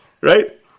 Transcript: Right